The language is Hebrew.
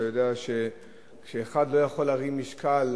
אתה יודע, כשאחד לא יכול להרים משקל,